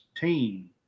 team